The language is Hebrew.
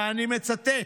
ואני מצטט: